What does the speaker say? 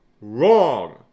wrong